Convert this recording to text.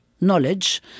knowledge